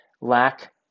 lack